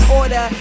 order